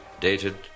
dated